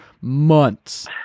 months